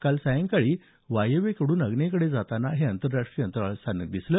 काल संध्याकाळी वायव्येकडून आग्नेयेकडे जाताना हे आंतरराष्ट्रीय अंतराळ स्थानक दिसलं